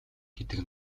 гэдэг